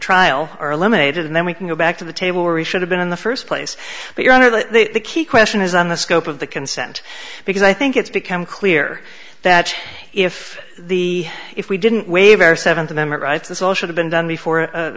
trial are eliminated and then we can go back to the table where we should have been in the first place but your honor the key question is on the scope of the consent because i think it's become clear that if the if we didn't wave our seventh amendment rights this all should have been done before